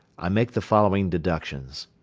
i make the following deductions.